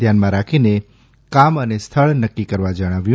ધ્યાનમાં રાખીને કામ અને સ્થળ નક્કી કરવા જણાવ્યું